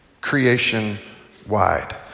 creation-wide